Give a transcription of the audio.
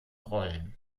rollen